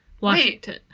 Washington